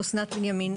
שמי אסנת בנימין.